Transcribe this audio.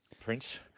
prince